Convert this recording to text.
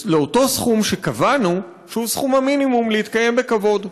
לאותו סכום שקבענו שהוא סכום המינימום להתקיים בכבוד,